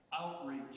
outreach